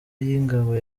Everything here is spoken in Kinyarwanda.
y’ingabo